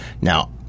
Now